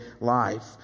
life